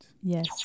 yes